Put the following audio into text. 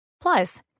Plus